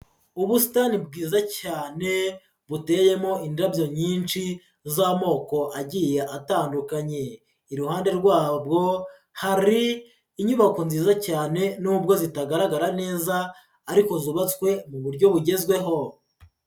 Ubusitani bwiza cyane buteyemo indabyo nyinshi z'amoko agiye atandukanye, iruhande rwabwo hari inyubako nziza cyane nubwo zitagaragara neza, ariko zubatswe mu buryo bugezweho.